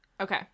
Okay